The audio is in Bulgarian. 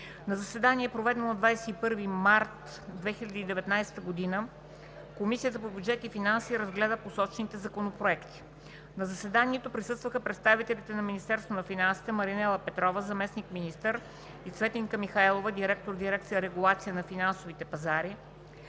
На заседание, проведено на 21 март 2019 г., Комисията по бюджет и финанси разгледа посочените законопроекти. На заседанието присъстваха представителите на Министерството на финансите: Маринела Петрова – заместник министър, и Цветанка Михайлова – директор на дирекция „Регулация на финансовите пазари“;